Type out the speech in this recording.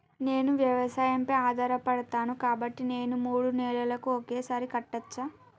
నేను వ్యవసాయం పై ఆధారపడతాను కాబట్టి నేను మూడు నెలలకు ఒక్కసారి కట్టచ్చా?